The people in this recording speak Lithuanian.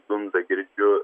dunda girdžiu